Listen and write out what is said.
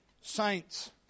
saints